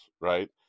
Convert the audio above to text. right